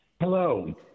Hello